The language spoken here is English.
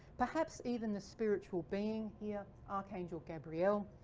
perhaps even the spiritual being here, archangel gabriel,